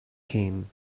him